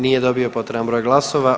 Nije dobio potreban broj glasova.